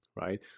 right